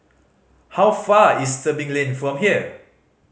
how far is Tebing Lane from here